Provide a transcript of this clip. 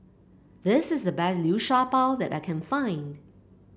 this is the best Liu Sha Bao that I can find